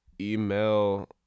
email